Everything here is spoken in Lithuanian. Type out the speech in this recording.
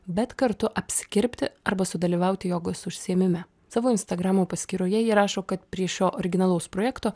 bet kartu apsikirpti arba sudalyvauti jogos užsiėmime savo instagramo paskyroje jie rašo kad prie šio originalaus projekto